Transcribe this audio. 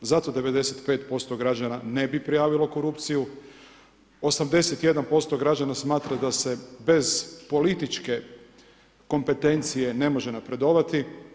Zato 95% građana ne bi prijavilo korupciju, 81% građana smatra da se bez političke kompetencije ne može napredovati.